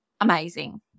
Amazing